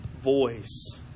voice